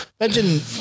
Imagine